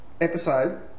Episode